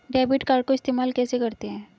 Debit card को इस्तेमाल कैसे करते हैं?